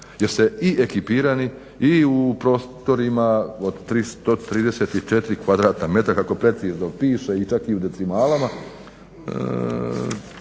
jer ste i ekipirani i u prostorima od 334 km2 kako precizno piše i čak i u decimalama